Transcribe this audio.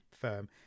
firm